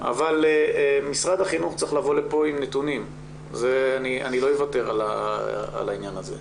אבל משרד החינוך צריך לבוא לכאן עם נתונים ואני לא אוותר על העניין הזה.